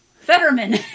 Fetterman